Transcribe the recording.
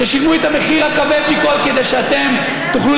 ששילמו את המחיר הכבד מכול כדי שאתם תוכלו